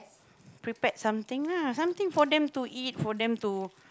prepared something lah something for them to eat for them to